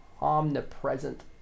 omnipresent